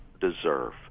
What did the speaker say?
deserve